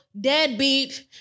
deadbeat